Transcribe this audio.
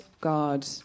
god